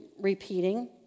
repeating